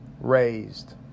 raised